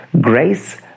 grace